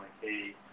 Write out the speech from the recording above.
hey